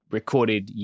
recorded